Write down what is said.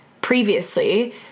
previously